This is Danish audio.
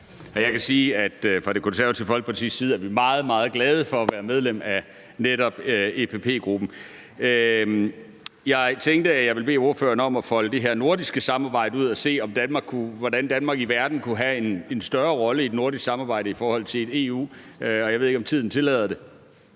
er vi meget, meget glade for at være medlem af netop EPP-gruppen. Jeg tænkte, at jeg ville bede ordføreren om at folde det her nordiske samarbejde ud, i forhold til hvordan Danmark i verden kunne have en større rolle via et nordisk samarbejde end via EU. Jeg ved ikke, om tiden tillader det.